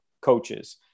coaches